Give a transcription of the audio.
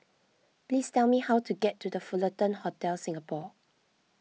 please tell me how to get to the Fullerton Hotel Singapore